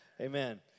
Amen